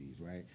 right